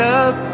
up